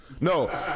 No